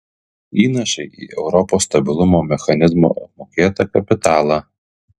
įnašai į europos stabilumo mechanizmo apmokėtą kapitalą